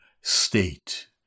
state